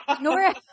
Nora